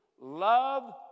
love